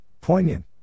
poignant